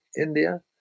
India